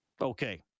Okay